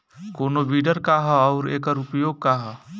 कोनो विडर का ह अउर एकर उपयोग का ह?